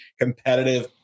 competitive